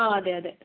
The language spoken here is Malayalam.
ആ അതെ അതെ